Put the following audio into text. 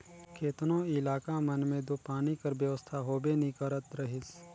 केतनो इलाका मन मे दो पानी कर बेवस्था होबे नी करत रहिस